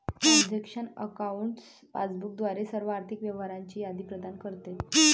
transaction accounts passbook द्वारे सर्व आर्थिक व्यवहारांची यादी प्रदान करतात